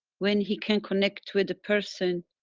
when he can connect with a person,